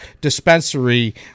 dispensary